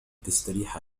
تستريح